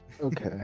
Okay